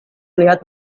melihat